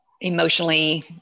emotionally